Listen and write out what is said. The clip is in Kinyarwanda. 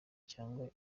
cyangwa